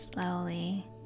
slowly